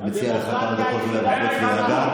אני מציע לך כמה דקות להיות בחוץ להירגע,